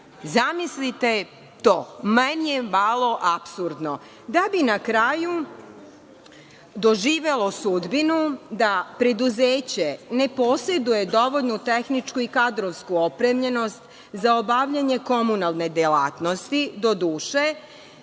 Zamislite to. Meni je malo apsurdno. Da bi na kraju doživelo sudbinu da preduzeće ne poseduje dovoljnu tehničku i kadrovsku opremljenost za obavljanje komunalne delatnosti. Doduše,